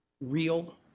real